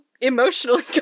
emotionally